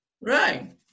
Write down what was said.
Right